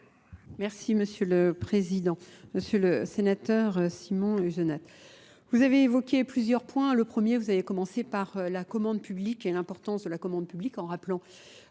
Merci Monsieur le Président. Monsieur le Sénateur Simon Luzonat. Vous avez évoqué plusieurs points. Le premier, vous avez commencé par la commande publique et l'importance de la commande publique en rappelant